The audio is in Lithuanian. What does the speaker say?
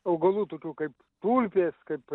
augalų tokių kaip tulpės kaip